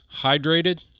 hydrated